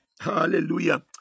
hallelujah